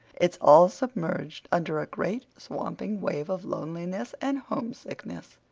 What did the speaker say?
it's all submerged under a great, swamping wave of loneliness and homesickness.